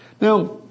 Now